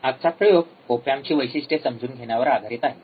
आजचा प्रयोग ओप एम्पची वैशिष्ट्ये समजून घेण्यावर आधारित आहे